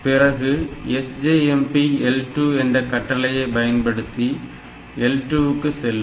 பிறகு SJMP L2 என்ற கட்டளையை பயன் படுத்தி L2 க்கு செல்லும்